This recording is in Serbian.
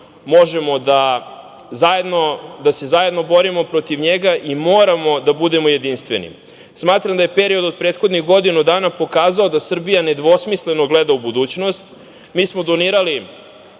možemo da se zajedno borimo protiv njega i moramo da budemo jedinstveni. Smatram da je period od prethodnih godinu dana pokazao da Srbija nedvosmisleno gleda u budućnost. Mi smo donirali,